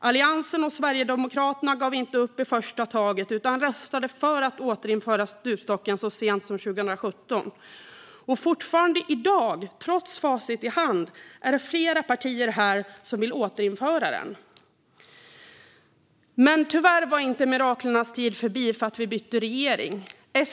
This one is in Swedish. Alliansen och Sverigedemokraterna gav inte upp i första taget utan röstade för att återinföra stupstocken så sent som 2017. Fortfarande i dag, trots facit i hand, är det flera partier som vill återinföra den. Men miraklens tid var tyvärr inte förbi för att vi bytte regering.